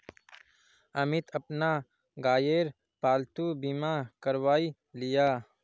अमित अपना गायेर पालतू बीमा करवाएं लियाः